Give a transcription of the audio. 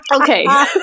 Okay